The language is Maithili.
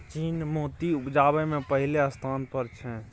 चीन मोती उपजाबै मे पहिल स्थान पर छै